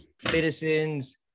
citizens